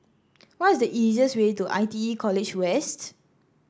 what is the easiest way to I T E College West